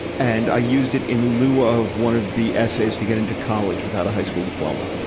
and i used it in lieu of one of the essays to get into college without a high school diploma.